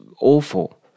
awful